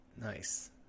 Nice